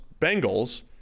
Bengals